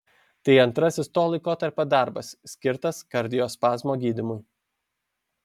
tai antrasis to laikotarpio darbas skirtas kardiospazmo gydymui